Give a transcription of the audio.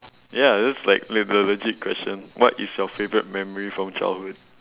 ya that's like like the legit question what is your favourite memory from childhood